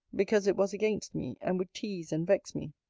because it was against me, and would tease and vex me.